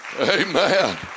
amen